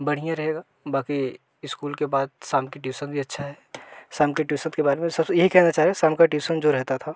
बढ़िया रहेगा बाकि इस्कूल के बाद शाम की ट्यूसन भी अच्छा है शाम के ट्यूसत के बारे में सबसे यही कहना चाह रहे शाम का ट्यूसन जो रहता था